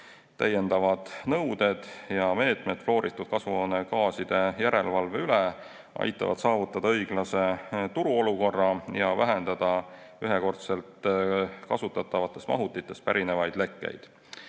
Täiendavad nõuded ja meetmed fluoritud kasvuhoonegaaside järelevalvel aitavad saavutada õiglase turuolukorra ja vähendada ühekordselt kasutatavatest mahutitest pärinevaid lekkeid.